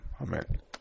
Amen